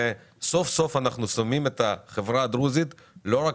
סוף סוף אנחנו שמים את החברה הדרוזית לא רק